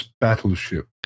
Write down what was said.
battleship